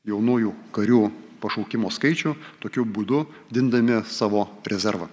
jaunųjų karių pašaukimo skaičių tokiu būdu didindami savo rezervą